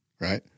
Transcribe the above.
Right